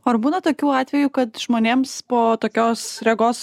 o ar būna tokių atvejų kad žmonėms po tokios regos